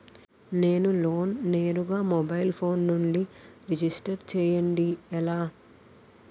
నేను లోన్ నేరుగా mobile phone నుంచి రిజిస్టర్ చేయండి ఎలా?